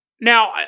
Now